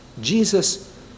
Jesus